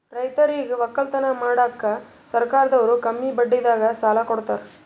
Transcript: ರೈತರಿಗ್ ವಕ್ಕಲತನ್ ಮಾಡಕ್ಕ್ ಸರ್ಕಾರದವ್ರು ಕಮ್ಮಿ ಬಡ್ಡಿದಾಗ ಸಾಲಾ ಕೊಡ್ತಾರ್